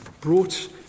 brought